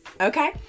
Okay